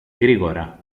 γρήγορα